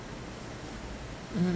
mm